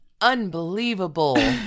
Unbelievable